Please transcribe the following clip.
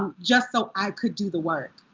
um just so i could do the work.